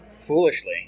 Foolishly